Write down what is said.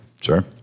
Sure